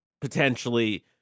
potentially